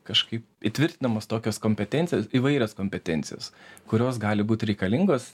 kažkaip įtvirtinamos tokios kompetencijos įvairias kompetencijos kurios gali būti reikalingos